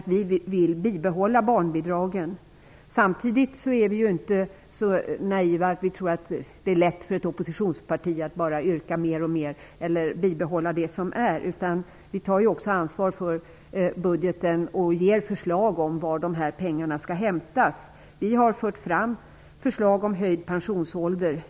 Vi vill bibehålla barnbidragen. Samtidigt är vi inte så naiva att vi tror att det är så lätt för ett oppositionsparti att det bara kan yrka på mera eller på ett bibehållande av det som finns. Vi tar också ansvar för budgeten och ger förslag om varifrån pengarna skall hämtas. Vi har fört fram förslag om höjd pensionsålder.